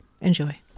Enjoy